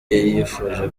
yifuje